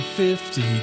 Fifty